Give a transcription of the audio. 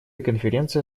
конференция